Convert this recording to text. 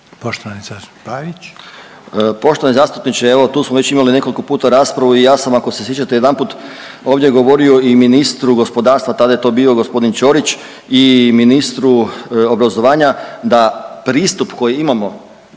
Poštovani zastupniče, evo tu smo imali već nekoliko puta raspravu i ja sam, ako se sjećate jedanput ovdje govorio i ministru gospodarstva, tada je to bio g. Ćorić i ministru obrazovanja da pristup koji imamo